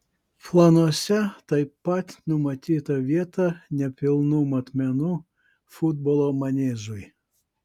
planuose taip pat numatyta vieta nepilnų matmenų futbolo maniežui